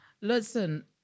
listen